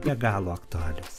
be galo aktualios